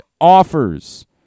offers